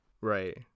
Right